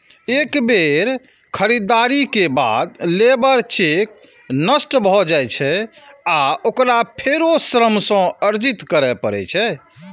एक बेर खरीदारी के बाद लेबर चेक नष्ट भए जाइ छै आ ओकरा फेरो श्रम सँ अर्जित करै पड़ै छै